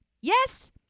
Yes